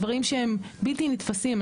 דברים שהם בלתי נתפסים,